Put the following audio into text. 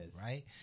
right